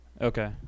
Okay